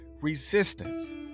resistance